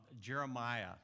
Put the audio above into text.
Jeremiah